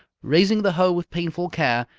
raising the hoe with painful care,